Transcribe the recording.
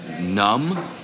numb